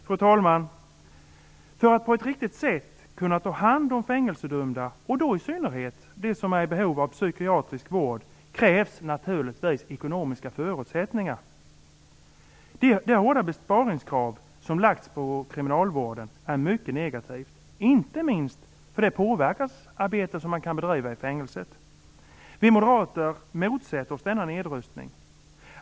Fru talman! För att man på ett riktigt sätt skall kunna ta hand om de fängelsedömda, och då i synnerhet dem som är i behov av psykiatrisk vård, krävs naturligtvis ekonomiska förutsättningar. Det hårda besparingskrav som lagts på kriminalvården är mycket negativt, inte minst för det påverkansarbete som man kan bedriva i fängelset. Vi moderater motsätter oss denna nedrustning.